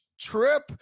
trip